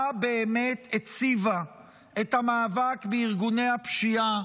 באמת הציבה את המאבק בארגוני הפשיעה